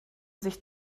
sich